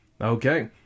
Okay